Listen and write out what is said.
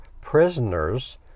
prisoners